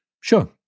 sure